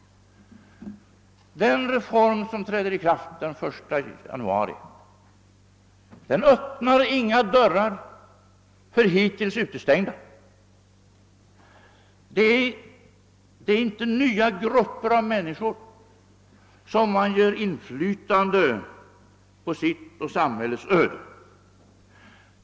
Den reform som träder i kraft den 1 januari öppnar inga dörrar för hittills utestängda. Det är inte nya grupper av människor som man ger inflytande på sitt och samhällets öde.